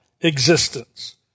existence